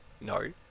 No